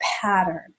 pattern